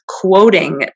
quoting